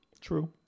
True